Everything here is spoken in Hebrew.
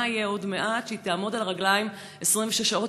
ומה יהיה עוד מעט כשהיא תעמוד על הרגליים 26 שעות,